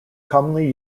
commonly